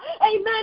amen